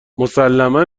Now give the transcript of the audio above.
مسلما